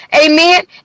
Amen